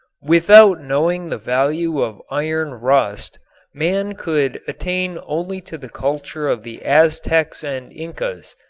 without knowing the value of iron rust man could attain only to the culture of the aztecs and incas,